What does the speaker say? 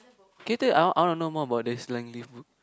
can you tell I want I want to know more about this Lang-Leav book